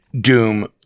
Doom